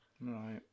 Right